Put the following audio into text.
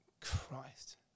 Christ